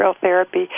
therapy